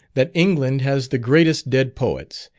that england has the greatest dead poets,